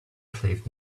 cliff